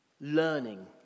learning